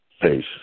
face